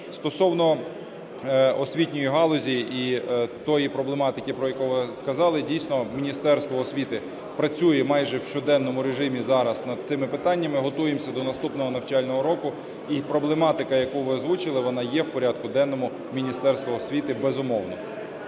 Стосовно освітньої галузі і тої проблематики, про яку ви сказали. Дійсно, Міністерство освіти працює майже в щоденному режимі зараз над цими питаннями. Готуємося до наступного навчального року. І проблематика, яку ви озвучили, вона є в порядку денному Міністерства освіти, безумовно.